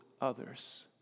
others